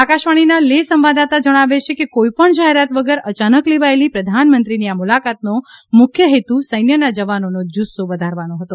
આકાશવાણીના લેહ સંવાદદાતા જણાવે છે કે કોઈ પણ જાહેરાત વગર અચાનક લેવાયેલી પ્રધાન મંત્રીની આ મુલાકાતનો મુખ્ય હેતુ સૈન્યના જવાનોનો જુસ્સો વધારવાનો હતો